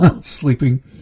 sleeping